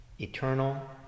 eternal